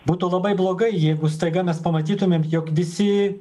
būtų labai blogai jeigu staiga mes pamatytumėm jog visi